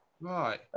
Right